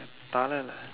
தலையிலே:thalaiyilee